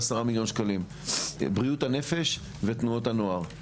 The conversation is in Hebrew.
בריאות הנפש ותנועות הנוער.